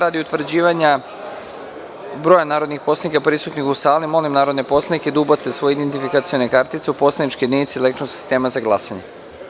Radi utvrđivanja broja narodnih poslanika prisutnih u sali, molim narodne poslanike da ubace svoje identifikacione kartice u poslaničke jedinice elektronskog sistema za glasanje.